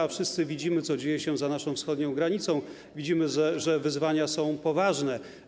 A wszyscy widzimy, co dzieje się za naszą wschodnią granicą, widzimy, że wyzwania są poważne.